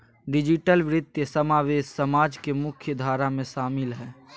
digital वित्तीय समावेश समाज के मुख्य धारा में शामिल हइ